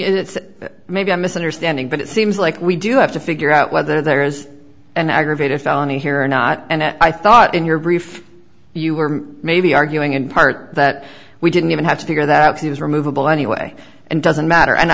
that maybe i'm misunderstanding but it seems like we do have to figure out whether there is an aggravated felony here or not and i thought in your brief you were maybe arguing in part that we didn't even have to figure that he was removable anyway and doesn't matter and